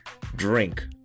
drink